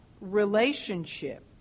relationship